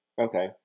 okay